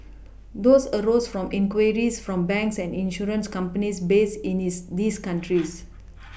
these arose from inquiries from banks and insurance companies based in his these countries